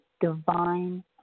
divine